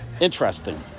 Interesting